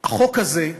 החוק הזה,